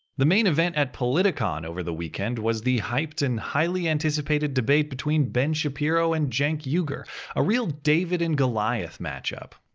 the main event at politicon and over the weekend, was the hyped and highly-anticipated debate between ben shapiro and cenk uygur a real david and goliath matchup.